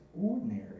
ordinary